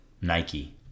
Nike